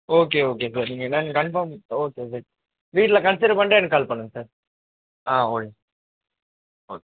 okay okay sir நீங்கள் இந்தாங் confirm okay sir வீட்டில் கன்சிடர் பண்ணிட்டு எனக்கு கால் பண்ணுங்கள் சார் ஆ ஓகே ஓகே